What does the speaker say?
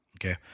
Okay